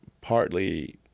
partly